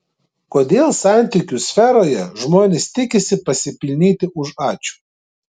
kodėl santykių sferoje žmonės tikisi pasipelnyti už ačiū